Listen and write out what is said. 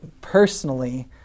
personally